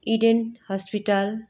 eden hospital